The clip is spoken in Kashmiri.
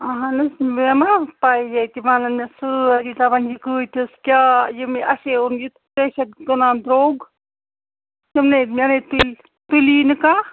اَہَن حظ مےٚ ما پَے ییٚتہِ وَنان مےٚ سٲری دَپان یہِ کۭتِس کیٛاہ یہِ مےٚ اَسے اوٚن یہِ یِتھٕ پٲٹھۍ ژٕے چھکھ کٕنان درٛۅگ تِم نےَ مےٚ نےَ تُلی نہٕ کانٛہہ